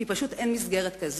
כי פשוט אין מסגרת כזאת,